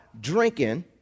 drinking